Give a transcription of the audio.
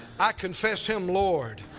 i confess him lord.